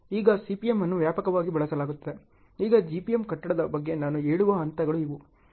ಈಗ CPM ಅನ್ನು ವ್ಯಾಪಕವಾಗಿ ಬಳಸಲಾಗುತ್ತದೆ ಈಗ GPMGPM ಕಟ್ಟಡದ ಬಗ್ಗೆ ನಾನು ಹೇಳುವ ಹಂತಗಳು ಇವು